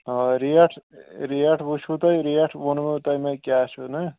آ rate rate وُچھوٕ تۄہہِ ریٹ ووٚنوٕ تۄہہِ مےٚ کیٛاہ چھُ نا